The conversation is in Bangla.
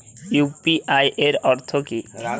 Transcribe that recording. ইউ.পি.আই এর অর্থ কি?